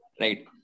right